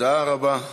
תודה רבה.